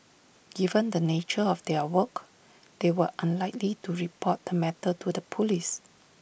given the nature of their work they were unlikely to report the matter to the Police